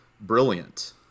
brilliant